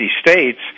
states